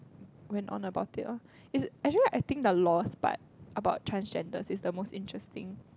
went on about it lor is actually I think the laws but about the transgenders is the most interesting